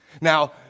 Now